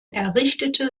errichtete